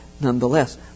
nonetheless